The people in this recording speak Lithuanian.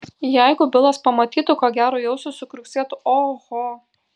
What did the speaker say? jeigu bilas pamatytų ko gero į ausį sukriuksėtų oho